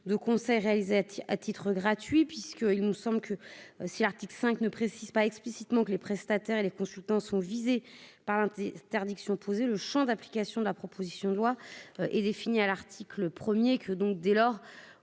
de conseil réalisateur à titre gratuit puisque il me semble que si l'article 5 ne précise pas explicitement que les prestataires et les consultants sont visées par des interdictions posées le Champ d'. Question de la proposition de loi est défini à l'article 1er que donc, dès lors,